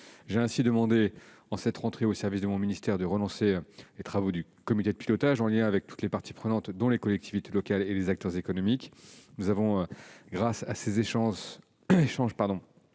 J'ai donc demandé, en cette rentrée, aux services de mon ministère de relancer les travaux du comité de pilotage en lien avec toutes les parties prenantes, dont les collectivités locales et les acteurs économiques. Nous avons, grâce à ces échanges,